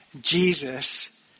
Jesus